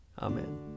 Amen